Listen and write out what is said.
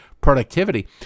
productivity